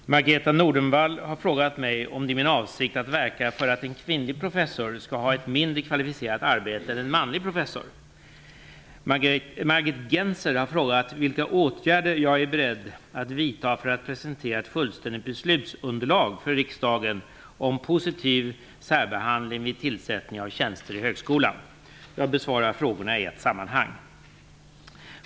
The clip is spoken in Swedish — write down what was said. Fru talman! Margareta Nordenvall har frågat mig om det är min avsikt att verka för att en kvinnlig professor skall ha ett mindre kvalificerat arbete än en manlig professor. Margit Gennser har frågat vilka åtgärder jag är beredd att vidta för att presentera ett fullständigt beslutsunderlag för riksdagen om positiv särbehandling vid tillsättning av tjänster i högskolan. Jag besvarar frågorna i ett sammanhang.